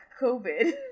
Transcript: COVID